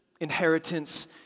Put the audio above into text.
inheritance